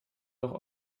doch